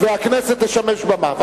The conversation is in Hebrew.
והכנסת תשמש במה.